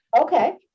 Okay